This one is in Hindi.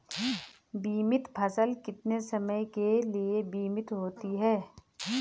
बीमित फसल कितने समय के लिए बीमित होती है?